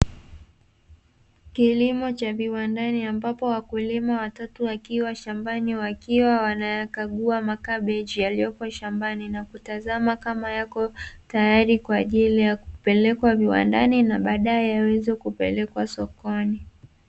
Kilimo cha viwandani ambapo wakulima watatu wakiwa shambani wakiwa wanayakagua makabichi yaliyopo shambani, na kutazama kama yapo tayari kwa ajili ya kupelekwa viwandani na baadae yaweze kupelekwa sokoni.